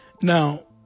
Now